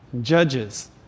Judges